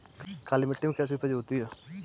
काली मिट्टी में कैसी उपज होती है?